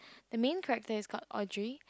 the main character is called Audrey